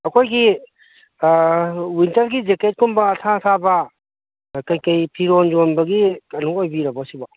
ꯑꯩꯈꯣꯏꯒꯤ ꯋꯤꯟꯇꯔꯒꯤ ꯖꯦꯛꯀꯦꯠꯀꯨꯝꯕ ꯑꯊꯥ ꯑꯊꯥꯕ ꯀꯩꯀꯩ ꯐꯤꯔꯣꯟ ꯌꯣꯟꯕꯒꯤ ꯀꯩꯅꯣ ꯑꯣꯏꯕꯤꯔꯕꯣ ꯁꯤꯕꯣ